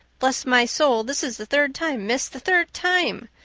bless my soul, this is the third time, miss. the third time!